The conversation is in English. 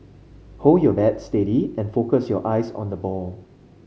hold your bat steady and focus your eyes on the ball